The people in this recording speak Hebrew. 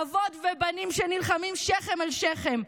אבות ובנים שנלחמים שכם אל שכם.